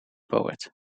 poet